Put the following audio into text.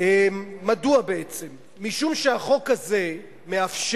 הוא אחד החוקים הבעייתיים